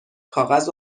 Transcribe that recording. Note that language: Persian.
کاغذ